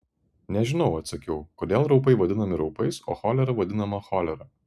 nežinau atsakiau kodėl raupai vadinami raupais o cholera vadinama cholera